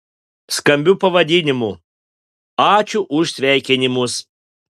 skambiu pavadinimu ačiū už sveikinimus